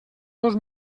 dos